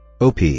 OP